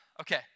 okay